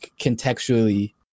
contextually